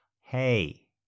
Hey